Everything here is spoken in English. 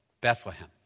Bethlehem